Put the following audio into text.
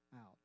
out